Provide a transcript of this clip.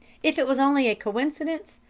if it was only a coincidence,